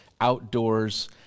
outdoors